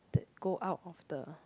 that go out of the